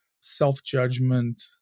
self-judgment